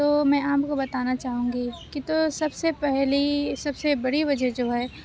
تو میں آپ کو بتانا چاہوں گی کہ تو سب سے پہلی سب سے بڑی وجہ جو ہے